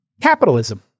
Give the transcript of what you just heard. capitalism